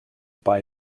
buy